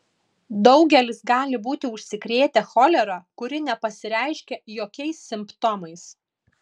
daugelis gali būti užsikrėtę cholera kuri nepasireiškia jokiais simptomais